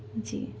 جی